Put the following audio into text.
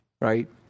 right